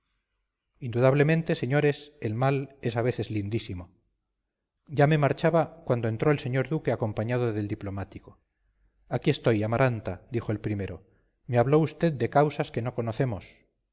indudablemente señores el mal es a veces lindísimo ya me marchaba cuando entró el señor duque acompañado del diplomático aquí estoy amaranta dijo el primero me habló vd de causas que no conocemos